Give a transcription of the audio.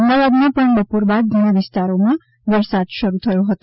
અમદાવાદમાં પણ બપોર બાદ ધણા વિસ્તારોમાં વરસાદ શરૂ થયો છે